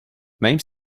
même